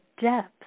depth